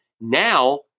now